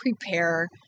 prepare